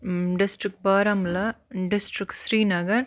district Baramulla district Srinagar